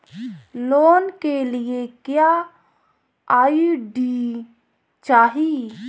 Loan के लिए क्या आई.डी चाही?